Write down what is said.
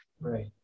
Right